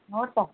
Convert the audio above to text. हो त